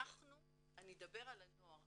ואני אדבר על הנוער.